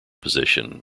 position